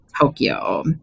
Tokyo